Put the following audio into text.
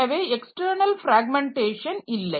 எனவே external fragmentation இல்லை